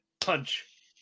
Punch